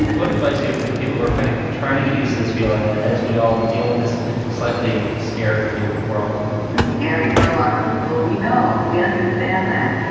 what advice you have for people who are kind of trying to get you says feeling as we all deal with this slightly scary new world it's scary for a lot of people we know. we understand that.